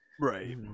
Right